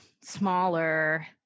smaller